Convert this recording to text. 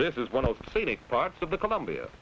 this is one of the scenic parts of the columbia